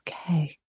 Okay